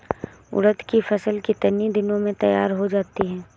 उड़द की फसल कितनी दिनों में तैयार हो जाती है?